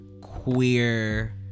queer